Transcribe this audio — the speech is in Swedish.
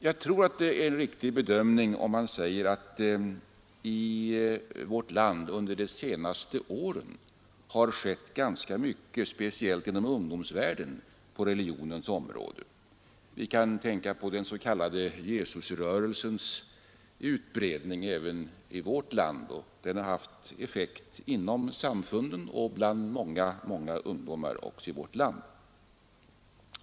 Jag tror att det är en riktig bedömning om man säger att det i vårt land under de senaste åren har skett ganska mycket speciellt inom ungdomsvärlden, på religionens område. Vi kan tänka på den s.k. Jesusrörelsens utbredning även i vårt land. Den har haft effekt inom samfunden och bland många, många ungdomar också i Sverige.